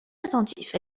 attentif